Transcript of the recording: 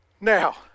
Now